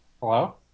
Hello